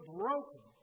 broken